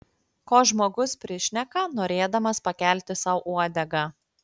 ko žmogus prišneka norėdamas pakelti sau uodegą